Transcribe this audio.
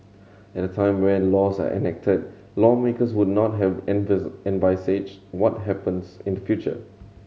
at the time when laws are enacted lawmakers would not have envisaged what happens in the future